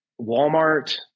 Walmart